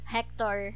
Hector